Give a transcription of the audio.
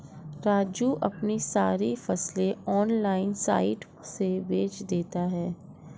राजू अपनी सारी फसलें ऑनलाइन साइट से बेंच देता हैं